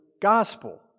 gospel